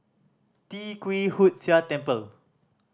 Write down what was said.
Tee Kwee Hood Sia Temple